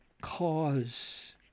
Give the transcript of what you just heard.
cause